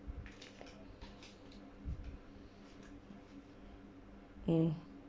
mm